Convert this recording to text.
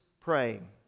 praying